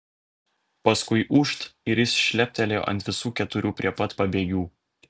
paskui ūžt ir jis šleptelėjo ant visų keturių prie pat pabėgių